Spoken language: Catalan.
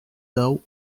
deu